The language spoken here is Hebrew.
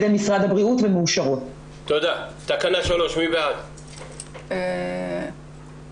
חקיקת משנה שמובאת לאישור ועדה בו בעצם הוועדה